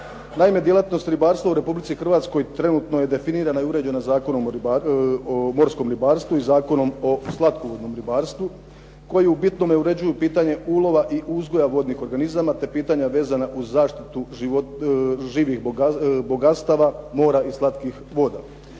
Naime, djelatnost ribarstva u Republici Hrvatskoj trenutno je definirana i uređena Zakonom o morskom ribarstvu i Zakonom o slatkovodnom ribarstvu, koji u bitnom uređuju pitanje ulova i uzgoja vodnih organizama, te pitanja vezana uz zaštitu živih bogatstava mora i slatkih voda.